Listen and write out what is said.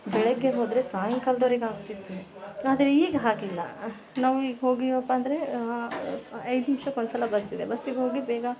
ಬೆಳಗ್ಗೆ ಹೋದರೆ ಸಾಯಂಕಾಲ್ದೊರಿಗೆ ಆಗ್ತಿತ್ತು ಆದ್ರೆ ಈಗ ಹಾಗಿಲ್ಲ ನಾವು ಈಗ ಹೋಗಿವಪ್ಪ ಅಂದರೆ ಐದು ನಿಮಿಷಕ್ ಒಂದ್ಸಲ ಬಸ್ಸಿದೆ ಬಸ್ಸಿಗೋಗಿ ಬೇಗ